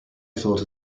thought